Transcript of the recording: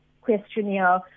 questionnaire